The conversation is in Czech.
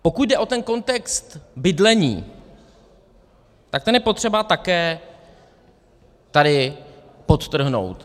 Pokud jde o ten kontext bydlení, tak ten je potřeba také tady podtrhnout.